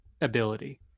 ability